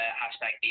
hashtag